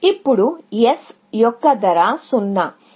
ఇప్పుడు s యొక్కకాస్ట్ 0